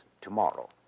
tomorrow